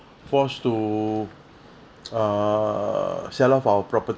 forced to err sell off our property